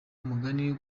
umugani